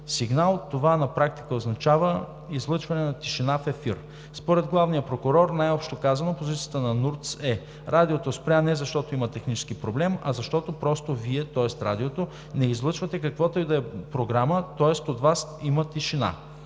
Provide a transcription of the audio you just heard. сигнал. Това на практика означавало излъчване на тишина в ефир. Според главния прокурор най-общо казано позицията на НУРТС е: „Радиото спря не защото има технически проблем, а защото просто Вие – тоест Радиото, не излъчвате каквато и да е програма, тоест от Вас има тишина.“